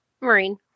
Marine